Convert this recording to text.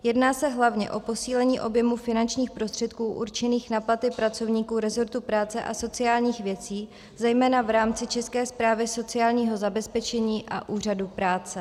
Jedná se hlavně o posílení objemu finančních prostředků určených na platy pracovníků rezortu práce a sociálních věcí zejména v rámci České správy sociálního zabezpečení a Úřadu práce.